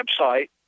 website